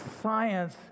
science